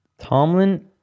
Tomlin